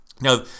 Now